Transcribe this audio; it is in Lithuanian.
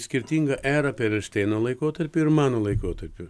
skirtinga era perelšteino laikotarpiu ir mano laikotarpiu